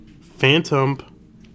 Phantom